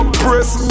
press